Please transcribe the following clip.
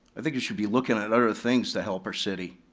i think you should be looking at other ah things to help our city.